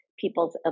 people's